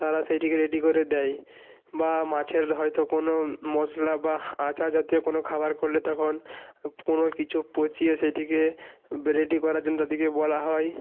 তারা সেইটিকে রেডি করে দেয় বা মাছের হয়তো কোনো মশলা বা আচা জাতীয় কোনো খাবার করলে তখন কোনো কিছু পচিয়ে সেইটিকে রেডি করার জন্য তাদেরকে বলা হয়